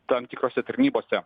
tam tikrose tarnybose